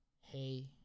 hey